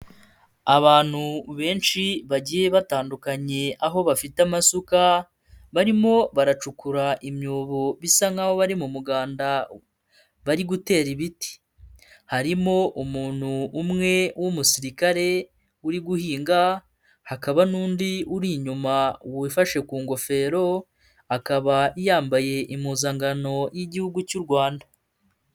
Abantu benshi bagiye batandukanye aho bafite amasuka, barimo baracukura imyobo bisa nk'aho bari mu muganda bari gutera ibiti. Harimo umuntu umwe w'umusirikare uri guhinga, hakaba n'undi uri inyuma wifashe ku ngofero akaba yambaye impuzankano y'igihugu cy'u rwanda.